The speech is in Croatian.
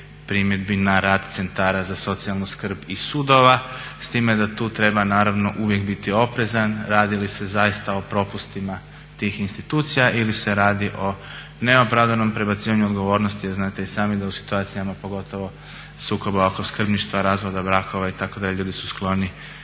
primjedbi na rad Centara za socijalnu skrb i sudova s time da tu treba naravno uvijek biti oprezan radi li se zaista o propustima tih institucija ili se radi o neopravdanom prebacivanju odgovornosti. A znate i sami da u situacijama pogotovo sukoba oko skrbništva, razvoda brakova itd. ljudi su skloni